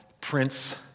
Prince